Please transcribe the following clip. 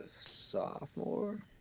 sophomore